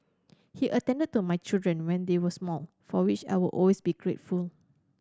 he attended to my children when they were small for which I will always be grateful